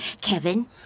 Kevin